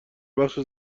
بخش